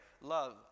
love